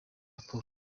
raporo